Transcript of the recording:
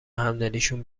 همدلیشون